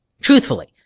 Truthfully